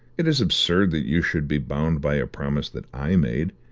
it is absurd that you should be bound by a promise that i made.